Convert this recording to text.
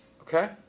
okay